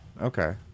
okay